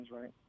right